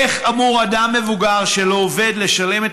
איך אמור אדם מבוגר שלא עובד לשלם את